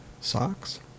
Socks